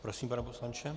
Prosím, pane poslanče.